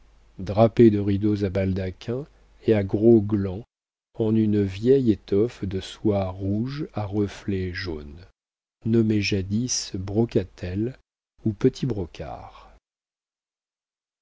drapée de rideaux à baldaquins et à gros glands en une vieille étoffe de soie rouge à reflets jaunes nommée jadis brocatelle ou petit brocart